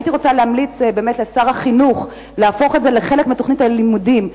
הייתי רוצה להמליץ לשר החינוך להפוך את זה לחלק מתוכנית הלימודים,